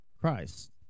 Christ